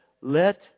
let